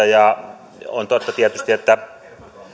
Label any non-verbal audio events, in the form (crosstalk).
(unintelligible) ja on tietysti totta että